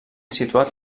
situat